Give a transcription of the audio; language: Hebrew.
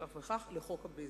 וכך וכך, לחוק הבזק.